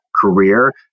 career